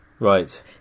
Right